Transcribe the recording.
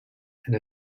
and